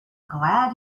glad